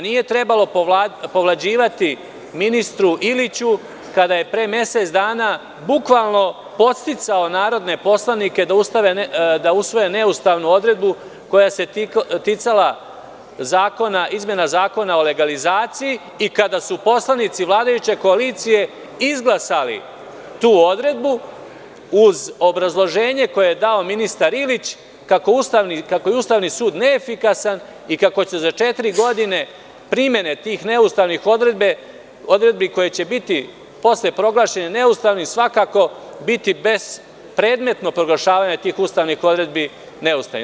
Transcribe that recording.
Nije trebalo povlađivati ministru Iliću kada je pre mesec dana bukvalno podsticao narodne poslanike da usvoje neustavnu odredbu koja se ticala izmene Zakona o legalizaciji i kada su poslanici vladajuće koalicije izglasali tu odredbu, uz obrazloćenje koje je dao ministar Ilić, kako je Ustavni sud neefikasan i kako će se za četiri godine primene tih neustavnih odredbi koje će posle biti proglašene neustavnim, svakako biti bez predmetno proglašavanje tih ustavnim odredbi neustavnim.